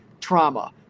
trauma